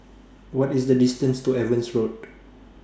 What IS The distance to Evans Road